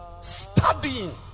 Studying